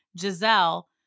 Giselle